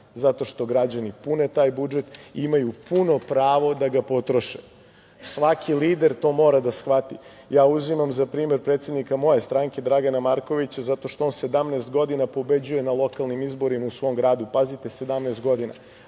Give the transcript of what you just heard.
zato što građani pune taj budžet i imaju puno pravo da ga potroše. Svaki lider to mora da shvati. Uzimam za primer predsednika moje stranke, Dragana Markovića zato što on 17 godina pobeđuje na lokalnim izborima u svom gradu. Pazite, 17 godine. Hajde